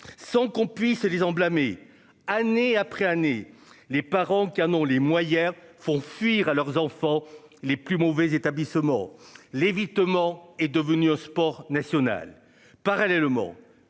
Sans qu'on puisse les en blâmer, année après année, les parents canon les moi hier font fuir à leurs enfants les plus mauvais établissements. L'évitement est devenue au sport national.